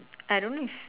I don't know if